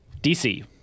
DC